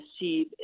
receive